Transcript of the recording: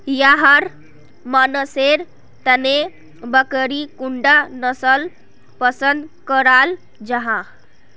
याहर मानसेर तने बकरीर कुंडा नसल पसंद कराल जाहा?